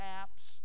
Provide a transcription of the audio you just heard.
apps